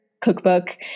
cookbook